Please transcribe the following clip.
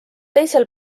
teisel